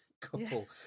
couple